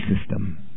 System